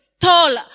tall